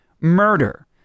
murder